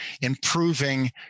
improving